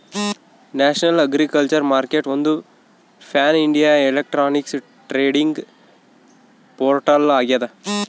national agriculture ಮಾರ್ಕೆಟ್ಒಂದು ಪ್ಯಾನ್ಇಂಡಿಯಾ electronic trading portal ಆಗ್ಯದ